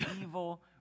evil